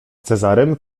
cezarym